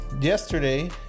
yesterday